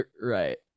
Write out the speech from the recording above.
right